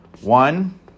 One